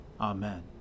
Amen